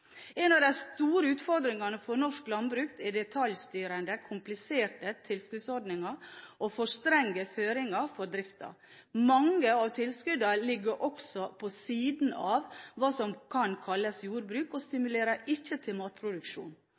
En av de store utfordringene for norsk landbruk er detaljstyrende, kompliserte tilskuddsordninger og for strenge føringer for driften. Mange av tilskuddene ligger også «på siden» av hva som kan kalles jordbruk, og stimulerer ikke til matproduksjon.